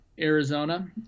Arizona